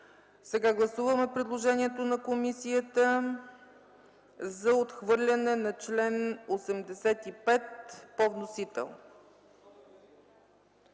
на гласуване предложението на комисията за отхвърляне на чл. 87 по вносител.